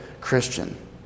Christian